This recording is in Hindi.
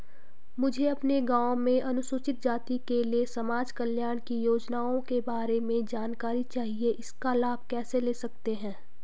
मुझे अपने गाँव में अनुसूचित जाति के लिए समाज कल्याण की योजनाओं के बारे में जानकारी चाहिए इसका लाभ कैसे ले सकते हैं?